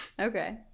Okay